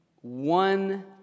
one